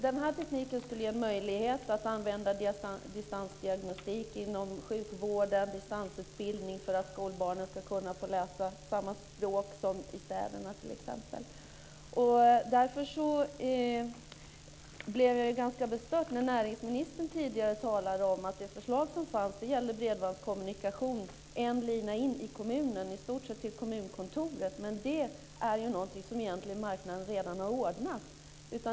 Den här tekniken skulle ge en möjlighet att använda distansdiagnostik inom sjukvården, distansutbildning för att skolbarnen ska kunna få läsa samma språk som i städerna. Därför blev jag ganska bestört när näringsministern tidigare talade om att det förslag som fanns gäller bredbandskommunikation med en lina in i kommunen, i stort sett till kommunkontoret, men det är någonting som marknaden redan har ordnat.